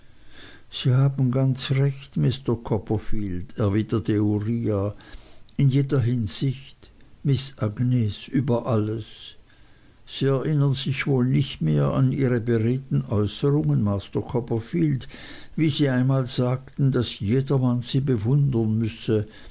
sie haben ganz recht mister copperfield erwiderte uriah in jeder hinsicht miß agnes über alles sie erinnern sich wohl nicht mehr an ihre beredten äußerungen master copperfield wie sie einmal sagten daß jedermann sie bewundern müsse